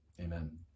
Amen